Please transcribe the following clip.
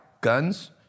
guns